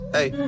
Hey